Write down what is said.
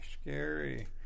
scary